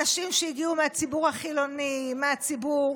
אנשים שהגיעו מהציבור החילוני, מהציבור